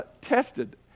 tested